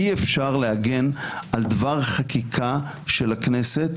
אי אפשר להגן על דבר חקיקה של הכנסת